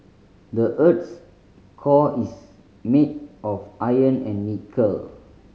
the earth's core is made of iron and nickel